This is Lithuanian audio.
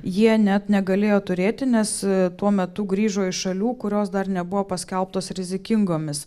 jie net negalėjo turėti nes tuo metu grįžo iš šalių kurios dar nebuvo paskelbtos rizikingomis